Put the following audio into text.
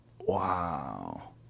Wow